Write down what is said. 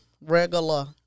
Regular